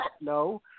no